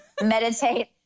meditate